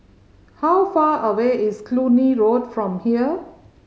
how far away is Cluny Road from here